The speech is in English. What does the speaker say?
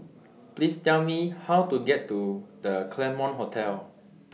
Please Tell Me How to get to The Claremont Hotel